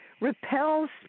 repels